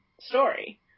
story